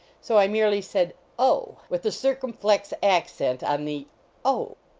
so i merely said, oh! with the circumflex accent on the oh.